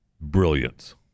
brilliance